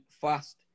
fast